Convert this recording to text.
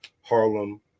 Harlem